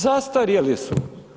Zastarjeli su.